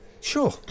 Sure